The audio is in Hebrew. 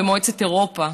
במועצת אירופה,